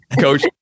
coach